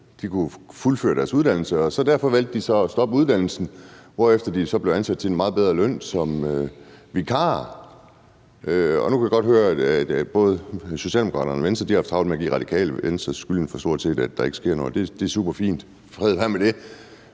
de kunne fuldføre deres uddannelse. Derefter valgte de så at stoppe deres uddannelse, hvorefter de så blev ansat til en meget bedre løn som vikarer. Nu kan jeg godt høre, at både Socialdemokraterne og Venstre har haft travlt med at give Radikale Venstre skylden for, at der stort set ikke er sket noget, og det er superfint – fred være med det.